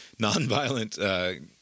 nonviolent